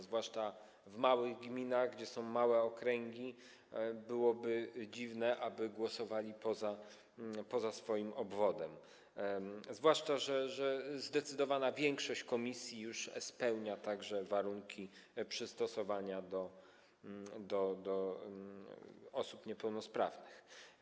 Zwłaszcza w małych gminach, gdzie są małe okręgi, byłoby dziwne, gdyby głosowano poza swoim obwodem, zwłaszcza że zdecydowana większość komisji już spełnia warunki w zakresie przystosowania do potrzeb osób niepełnosprawnych.